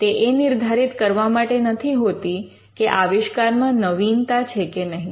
તે એ નિર્ધારિત કરવા માટે નથી હોતી કે આવિષ્કારમાં નવીનતા છે કે નહીં